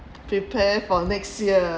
prepare for next year